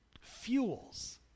fuels